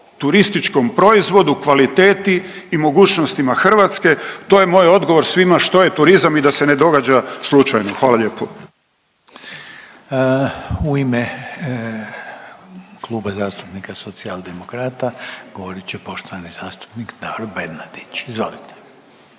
turističkom proizvodu, kvaliteti i mogućnostima Hrvatske, to je moj odgovor svima što je turizam i da se ne događa slučajno. Hvala lijepo. **Reiner, Željko (HDZ)** U ime Kluba zastupnika Socijaldemokrata govorit će poštovani zastupnik Davor Bernardić. Izvolite.